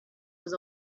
was